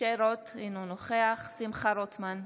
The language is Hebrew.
משה רוט, אינו נוכח שמחה רוטמן,